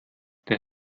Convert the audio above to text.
der